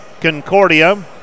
Concordia